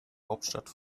hauptstadt